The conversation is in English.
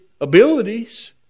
abilities